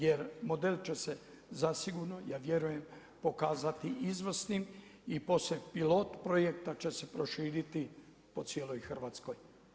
Jer model će se zasigurno ja vjerujem pokazati izvrsnim i poslije pilot projekta će se proširiti po cijeloj Hrvatskoj.